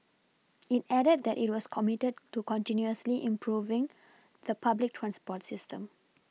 it added that it was committed to continually improving the public transport system